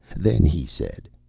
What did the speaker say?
then he said,